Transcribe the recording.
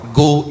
go